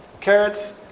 Carrots